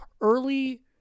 early